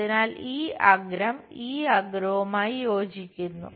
അതിനാൽ ഈ അഗ്രം ഈ അഗ്രവുമായി യോജിക്കുന്നു